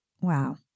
Wow